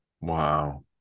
Wow